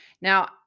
Now